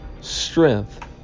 strength